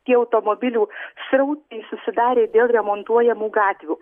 tie automobilių srautai susidarė dėl remontuojamų gatvių